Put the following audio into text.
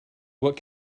what